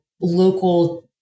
local